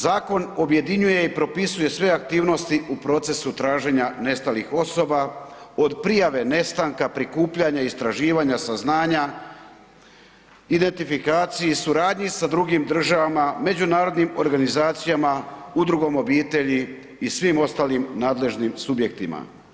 Zakon objedinjuje i propisuje sve aktivnosti u procesu traženja nestalih osoba od prijave nestanka, prikupljanja, istraživanja, saznanja, identifikacije i suradnje sa drugim državama, međunarodnim organizacijama, Udrugom obitelji i svim ostalim nadležnim subjektima.